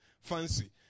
fancy